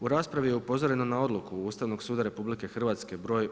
U raspravi je upozoreno na odluku Ustavnog suda RH br.